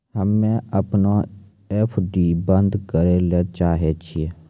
हम्मे अपनो एफ.डी बन्द करै ले चाहै छियै